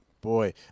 boy